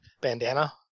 bandana